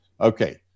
Okay